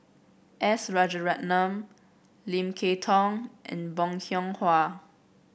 S Rajaratnam Lim Kay Tong and Bong Hiong Hwa